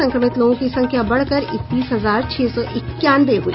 संक्रमित लोगों की संख्या बढ़कर इकतीस हजार छह सौ इक्यानवे हुई